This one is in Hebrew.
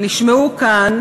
נשמעו כאן